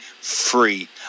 free